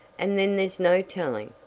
and then there's no tellin'.